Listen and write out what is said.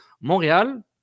Montréal